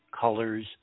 colors